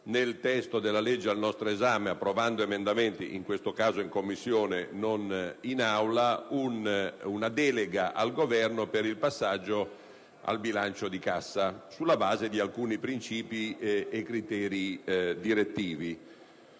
nel testo con l'approvazione di emendamenti - in questo caso in Commissione, non in Aula - una delega al Governo per il passaggio al bilancio di cassa sulla base di alcuni principi e criteri direttivi.